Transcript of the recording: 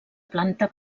planta